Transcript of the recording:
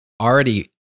already